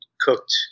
cooked